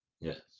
Yes